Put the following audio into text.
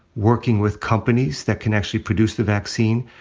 working with companies that can actually produce the vaccine.